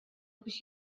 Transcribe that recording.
biex